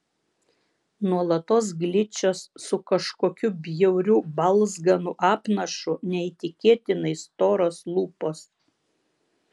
nuolatos gličios su kažkokiu bjauriu balzganu apnašu neįtikėtinai storos lūpos